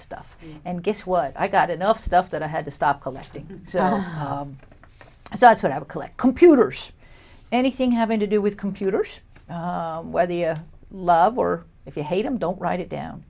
stuff and guess what i got enough stuff that i had to stop collecting and that's what i would collect computers anything having to do with computers where the lover if you hate them don't write it down